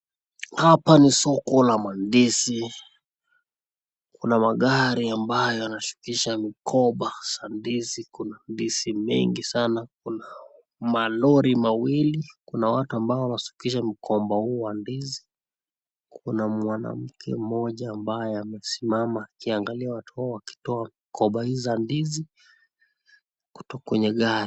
Hapa ni soko la mandizi. Kuna magari ambayo yanashukisha migomba za ndizi, kuna ndizi mengi sanaa. Kuna malori mawili. Kuna watu ambao wanashukisha mgomba huo wa ndizi. Kuna mwanamke mmoja ambaye amesimama akiangalia watu hao wakitoa koba hizi za ndizi kutoka kwenye gari.